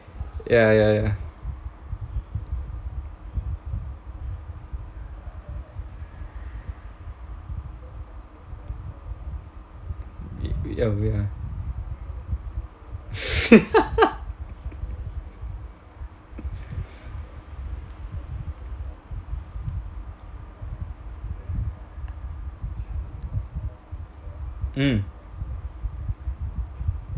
ya ya ya ya we are